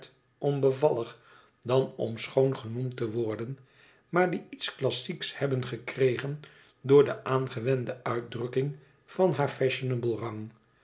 bevallig dan om schoon genoemd te worden maar die iets classieks hebben gekregen door de aangewende uitdrukking van haar fashionablen rang